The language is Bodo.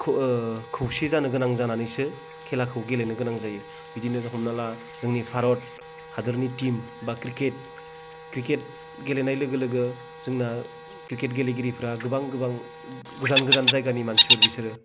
खौसे जानो गोनां जानानैसो खेलाखौ गेलेनो गोनां जायो बिदिनो हमना ला जोंनि भारत हादरनि टिम बा क्रिकेट गेलेनाय लोगो लोगो जोंना क्रिकेट गेलेगिरिफ्रा गोबां गोबां गोजान गोजान जायगानि मानसिफोर बिसोरो